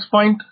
0242log 60610